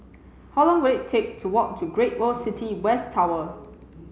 how long will it take to walk to Great World City West Tower